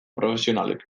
profesionalek